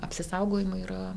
apsisaugojimui yra